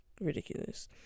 ridiculous